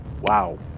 wow